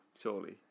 Surely